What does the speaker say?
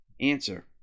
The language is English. Answer